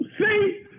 See